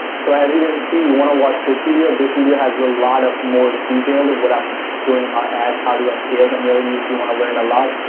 so, as you can see, you want to watch this video, this video has a lot of more details of what i'm doing about ads, how to scale them really if you want to learn a lot.